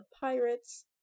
Pirates